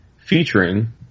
featuring